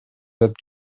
деп